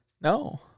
No